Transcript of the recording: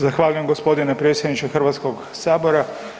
Zahvaljujem gospodine predsjedniče Hrvatskog sabora.